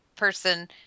person